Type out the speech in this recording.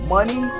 Money